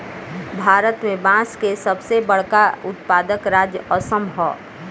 भारत में बांस के सबसे बड़का उत्पादक राज्य असम ह